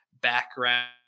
background